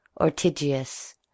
Ortigius